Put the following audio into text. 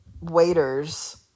waiters